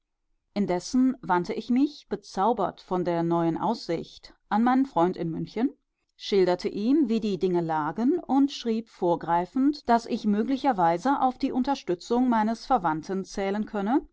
indessen wandte ich mich bezaubert von der neuen aussicht an meinen freund in münchen schilderte ihm wie die dinge lagen schrieb vorgreifend daß ich möglicherweise auf die unterstützung meines verwandten zählen könne